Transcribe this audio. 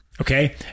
Okay